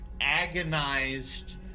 agonized